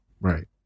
Right